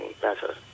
better